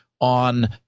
on